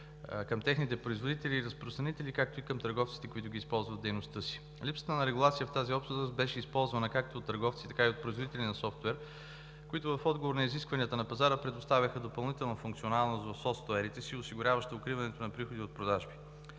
към техните производители и разпространители, както и към търговците, които ги използват в дейността си. Липсата на регулация в тази област беше използвана както от търговците, така и от производителите на софтуер, които в отговор на изискванията на пазара предоставяха допълнителна функционалност в софтуерите си, осигуряваща укриването на приходи от продажби.